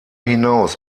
hinaus